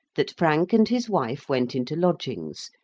that frank and his wife went into lodgings,